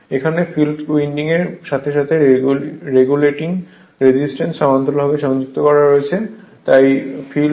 এখানে ফিল্ড উইন্ডিংয়ের সাথে রেগুলেটিং রেজিস্ট্যান্স সমান্তরালভাবে সংযুক্ত রয়েছে